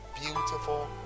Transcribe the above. beautiful